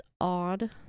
odd